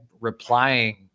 replying